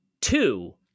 two